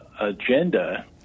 agenda